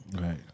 Right